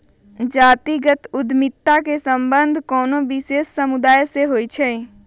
जातिगत उद्यमिता के संबंध कोनो विशेष समुदाय से होइ छै